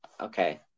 okay